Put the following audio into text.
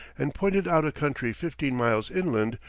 and pointed out a country fifteen miles inland,